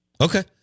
Okay